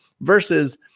versus